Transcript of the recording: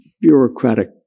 bureaucratic